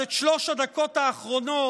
אז את שלוש הדקות האחרונות